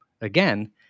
again